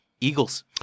Eagles